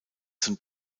zum